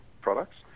products